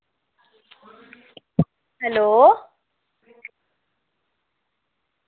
hello